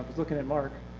looking at mark.